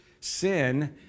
sin